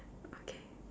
okay